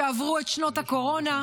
שעברו את שנות הקורונה,